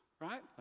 Right